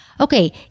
Okay